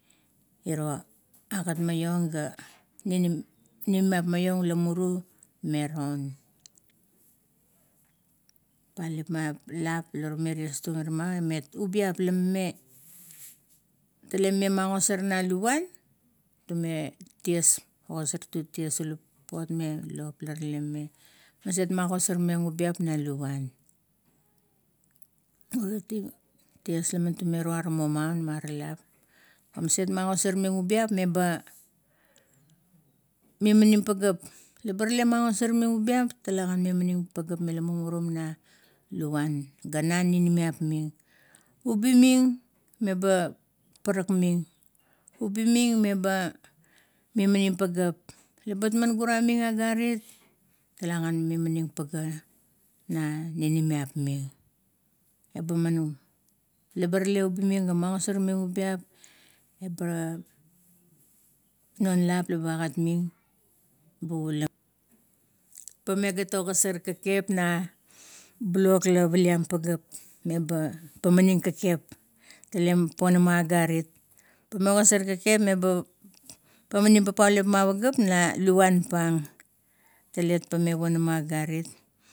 Iro gat maiong ga ninimiap maiong la muru me reun. Papuliap ma lap la rume ties irama, la ubiap la me mea, tale mime magosar na luvan, tume ties papot me lop la rale ogosarmeng ubiepna luvuan uriet ties la tuem tualo maun mirier lap. Maset magosor ming ubiap meba mima nin pageap. Laba rale magosar meng pageap tagan mimanim pageap mire mumurum na luvuan gara ninimiap ming. Ubi ming meba parakmeng, ubi ming memba mimanim pageap, la bat man guraming agarit talagan mimaning pagea na ninimiap ming i eba ogimaming leba tale ubi ming ga magosor ming ubiap, eba non lap labe agatming ba pula, pamegat ogosar kekep na blok la paliam pageap me pamnaing kekep tale man ponama agarit, pame ogosor kekep meba pamaning papot uliap na luvuan pang, talet pame ponaman agarit.